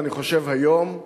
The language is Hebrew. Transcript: ואני חושב היום,